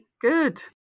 Good